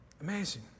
Amazing